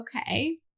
Okay